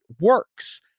works